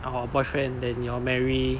or boyfriend then your marry